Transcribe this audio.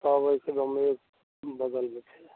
सब एहिके बगलमे छै